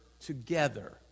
together